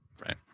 Right